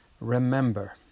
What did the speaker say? Remember